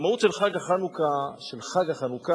והמהות של חנוכה, של חג החנוכה,